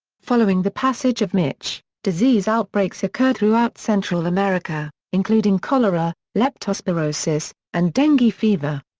following the passage of mitch, disease outbreaks occurred throughout central america, including cholera, leptospirosis, and dengue fever.